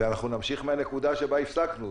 ואנחנו נמשיך מהנקודה שבה הפסקנו.